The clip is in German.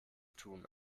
tun